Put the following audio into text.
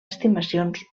estimacions